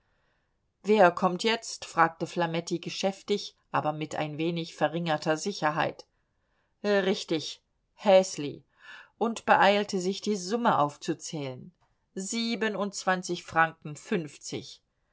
wer kommt jetzt fragte flametti geschäftig aber mit ein wenig verringerter sicherheit richtig häsli und beeilte sich die summe aufzuzählen siebenundzwanzig franken fünfzig